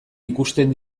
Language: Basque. ikusten